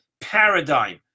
paradigm